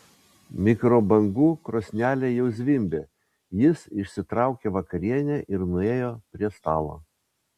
mikrobangų krosnelė jau zvimbė jis išsitraukė vakarienę ir nuėjo prie stalo